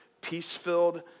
peace-filled